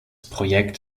projekt